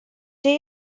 day